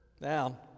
Now